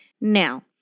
Now